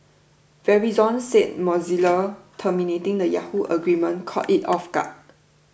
Verizon said Mozilla terminating the Yahoo agreement caught it off guard